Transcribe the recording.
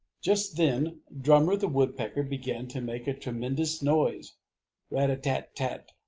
just then drummer the woodpecker began to make a tremendous noise rat-a-tat-tat-tat,